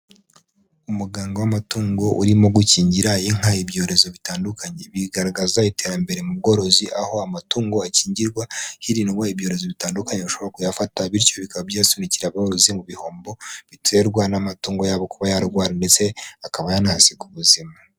Umuganga w'amatungo urimo gukingira inka ibyorezo bitandukanye, bigaragaza iterambere mu bworozi aho amatungo akingirwa, hirindwa ibyorezo bitandukanye bishobora kuyafata, bityo bikaba byasunikira abarozi mu bihombo, biterwa n'amatungo yabo kuba yarwara ndetse akaba yanahasiga ubuzima.